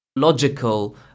logical